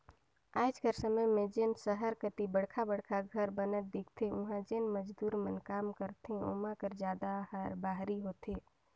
आएज कर समे में जेन सहर कती बड़खा बड़खा घर बनत दिखथें उहां जेन मजदूर मन काम करथे ओमा कर जादा ह बाहिरी होथे